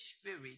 Spirit